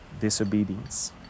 disobedience